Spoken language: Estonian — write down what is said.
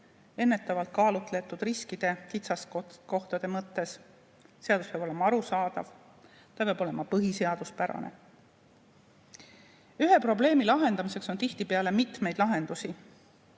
ennetavalt kaalutletud riskide, kitsaskohtade mõttes. Seadus peab olema arusaadav, ta peab olema põhiseaduspärane. Ühe probleemi lahendamiseks on tihtipeale mitmeid lahendusi.